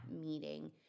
meeting